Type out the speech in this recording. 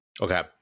Okay